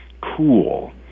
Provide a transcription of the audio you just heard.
cool